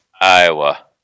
Iowa